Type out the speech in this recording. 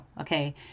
Okay